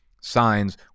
signs